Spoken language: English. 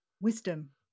wisdom